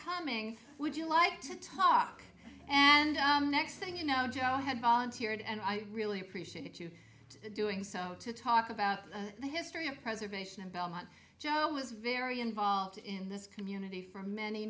coming would you like to talk and next thing you know joe had volunteered and i really appreciate you doing so to talk about the history of preservation and belmont joe was very involved in this community for many